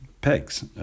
pegs